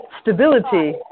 stability